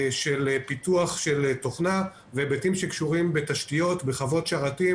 של פיתוח תוכנה והיבטים שקשורים בתשתיות בחוות שרתים